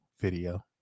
video